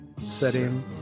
setting